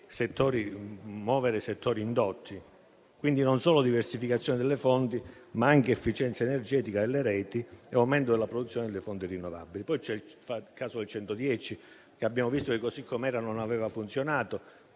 significa anche muovere settori indotti: quindi, non solo diversificazione delle fonti, ma anche efficienza energetica delle reti e aumento della produzione delle fonti rinnovabili. Poi c'è il caso del 110 per cento: abbiamo visto che così com'era non ha funzionato